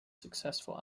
successful